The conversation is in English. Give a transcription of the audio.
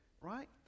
right